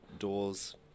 Doors